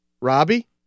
robbie